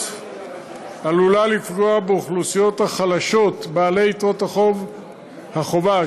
עלולה לפגוע באוכלוסיות החלשות בעלות יתרות החובה,